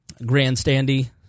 grandstandy